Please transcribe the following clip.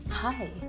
Hi